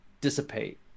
dissipate